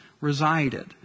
resided